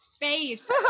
face